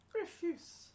refuse